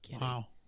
Wow